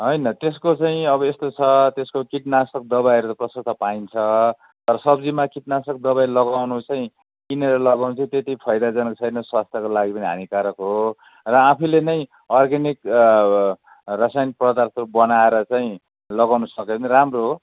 होइन त्यसको चाहिँ अब यस्तो छ त्यसको कीटनाशक दबाईहरू प्रशस्त पाइन्छ तर सब्जीमा कीटनाशक दबाई लगाउनु चाहिँ किनेर लगाउनु चाहिँ त्यति फाइदाजनक छैन स्वास्थ्यको लागि पनि हानिकारक हो र आफुले नै अर्ग्यानिक रसाइनिक पदार्थहरू बनाएर चाहिँ लगाउन सक्यो भने राम्रो हो